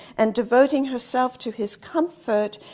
and devoting herself to his comfort,